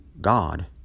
God